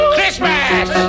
Christmas